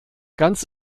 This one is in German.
ganz